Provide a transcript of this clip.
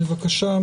בבקשה,